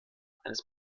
eines